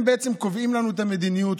הם בעצם קובעים לנו את המדיניות,